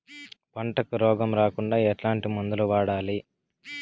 పంటకు రోగం రాకుండా ఎట్లాంటి మందులు వాడాలి?